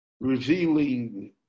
revealing